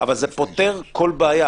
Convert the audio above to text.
אבל זה פותר כל בעיה.